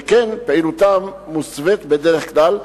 שכן פעילותם מוסווית בדרך כלל,